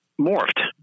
morphed